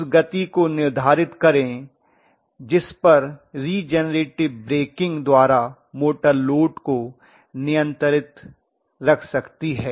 उस गति को निर्धारित करें जिस पर रिजेनरेटिव ब्रेकिंग द्वारा मोटर लोड को नियन्त्रित रख सकती है